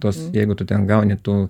tuos jeigu tu ten gauni tų